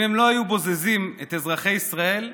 אם הם לא היו בוזזים את אזרחי ישראל,